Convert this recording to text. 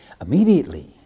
Immediately